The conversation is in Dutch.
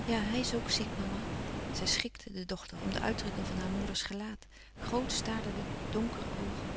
ja hij is ook ziek mama zij schrikte de dochter om de uitdrukking van haar moeders gelaat groot staarden de donkere oogen